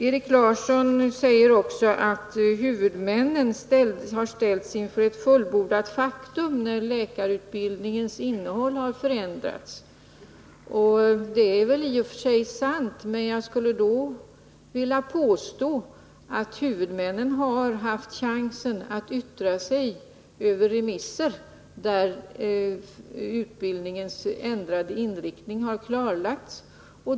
Erik Larsson säger också att huvudmännen har ställts inför ett fullbordat faktum när läkarutbildningens innehåll har förändrats. Det är väli och för sig sant. Men jag skulle vilja påstå att huvudmännen har haft chansen att yttra sig i samband med remisser, där utbildningens ändrade inriktning har klarlagts.